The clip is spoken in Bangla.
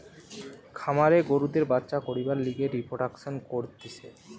খামারে গরুদের বাচ্চা করবার লিগে রিপ্রোডাক্সন করতিছে